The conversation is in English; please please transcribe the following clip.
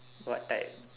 what type